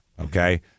Okay